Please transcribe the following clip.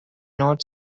north